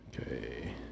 Okay